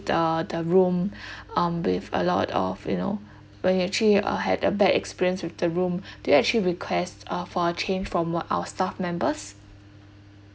the the room um with a lot of you know when you actually uh had a bad experience with the room did you actually request uh for a change from our staff members